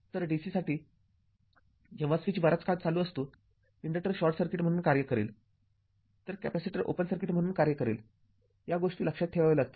तर DC साठी जेव्हा स्विच बराच काळ चालू असतो इन्डक्टर शॉर्ट सर्किट म्हणून कार्य करेल तर कॅपेसिटर ओपन सर्किट म्हणून कार्य करेलया गोष्टी लक्षात ठेवाव्या लागतील